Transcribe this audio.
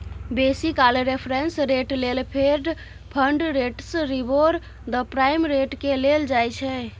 बेसी काल reference rate लेल fed fund rates, LIBOR, the prime रेटकेँ लेल जाइ छै